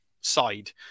side